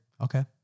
Okay